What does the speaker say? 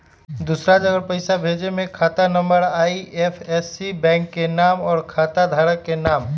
दूसरा जगह पईसा भेजे में खाता नं, आई.एफ.एस.सी, बैंक के नाम, और खाता धारक के नाम?